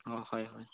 অ হয় হয়